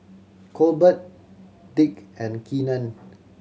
Colbert Dick and Keenan